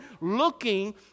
looking